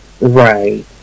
Right